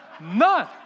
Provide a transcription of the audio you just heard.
None